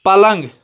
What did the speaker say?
پلنٛگ